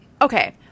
Okay